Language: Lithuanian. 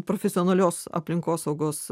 profesionalios aplinkosaugos